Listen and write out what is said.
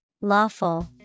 Lawful